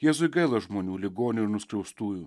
jėzui gaila žmonių ligonių ir nuskriaustųjų